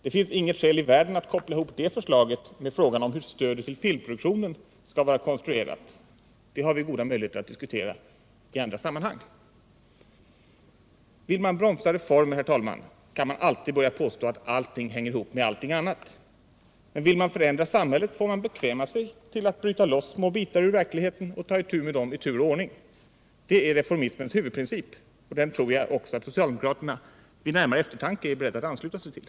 Det finns inget skäl i världen att koppla ihop det förslaget med frågan om hur stödet till filmproduktionen skall vara konstruerat. Det förslaget har vi goda möjligheter att diskutera i andra sammanhang. Vill man bromsa reformer, herr talman, kan man alltid påstå att allting hänger ihop med allting annat. Men vill man förändra samhället får man bekväma sig till att bryta loss små bitar ur verkligheten och ta itu med dem i tur och ordning. Det är reformismens huvudprincip, och den tror jag att också socialdemokraterna vid närmare eftertanke är beredda att ansluta sig till.